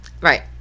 Right